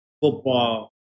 football